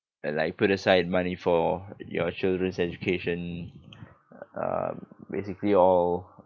like put aside money for your children's education um basically all